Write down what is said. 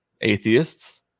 Atheists